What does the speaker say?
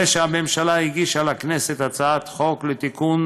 הרי שהממשלה הגישה לכנסת הצעת חוק לתיקון